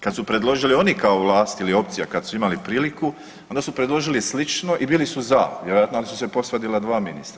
Kad su predložili oni kao vlast ili opcija kad su imali priliku onda su predložili slično i bili su za vjerojatno ali su se posvadila dva ministra.